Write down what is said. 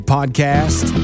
Podcast